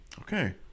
Okay